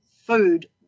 food